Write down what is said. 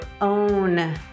own